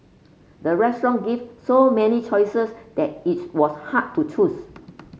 the restaurant give so many choices that its was hard to choose